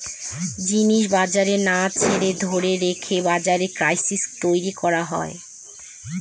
জিনিস বাজারে না ছেড়ে ধরে রেখে বাজারে ক্রাইসিস তৈরী করা হয়